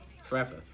Forever